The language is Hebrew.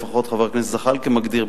לפחות חבר הכנסת זחאלקה מגדיר,